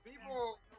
People